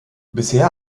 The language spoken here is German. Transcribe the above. bisher